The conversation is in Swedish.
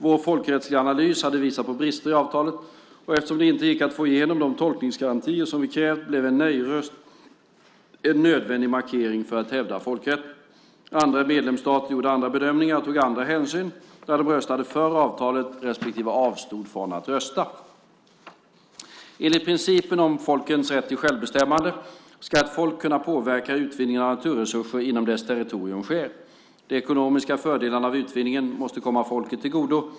Vår folkrättsliga analys hade visat på brister i avtalet, och eftersom det inte gick att få igenom de tolkningsgarantier som vi krävt blev en nejröst en nödvändig markering för att hävda folkrätten. Andra medlemsstater gjorde andra bedömningar och tog andra hänsyn när de röstade för avtalet respektive avstod från att rösta. Enligt principen om folkens rätt till självbestämmande ska ett folk kunna påverka hur utvinning av naturresurser inom dess territorium sker. De ekonomiska fördelarna av utvinningen måste komma folket till godo.